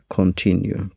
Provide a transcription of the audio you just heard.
continue